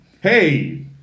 hey